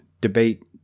debate